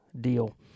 deal